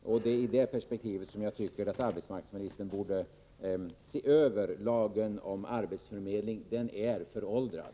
Det är i det perspektivet jag tycker att arbetsmarknadsministern borde se över lagen om arbetsförmedling. Den är föråldrad.